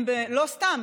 לא סתם,